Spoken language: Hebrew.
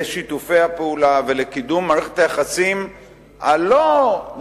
לשיתופי הפעולה ולקידום מערכת היחסים הלא-מושלמת,